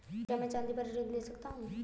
क्या मैं चाँदी पर ऋण ले सकता हूँ?